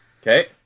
Okay